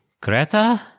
Greta